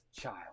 child